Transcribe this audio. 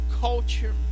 culture